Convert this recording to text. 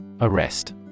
Arrest